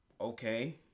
okay